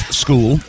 school